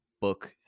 book